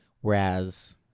Whereas